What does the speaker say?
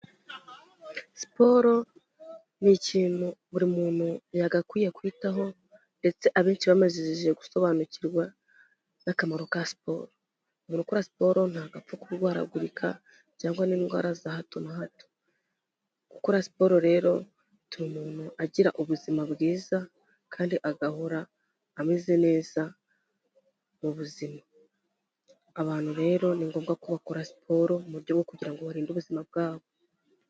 Siporo ni ikintu buri muntu yagakwiye kwitaho ndetse abenshi bamajije gusobanukirwa n'akamaro ka siporo, umuntu ukora siporo ntabwo apfa kurwaragurika cyangwa n'indwara za hato na hato. Gukora siporo rero bituma umuntu agira ubuzima bwiza kandi agahora ameze neza mu buzima. Abantu rero ni ngombwa ko bakora siporo mu buryo bwo kugira ngo barinde ubuzima bwabo.